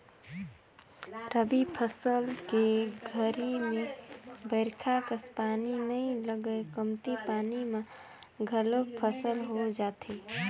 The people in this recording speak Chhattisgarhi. रबी फसल के घरी में बईरखा कस पानी नई लगय कमती पानी म घलोक फसल हो जाथे